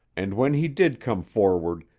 and when he did come forward,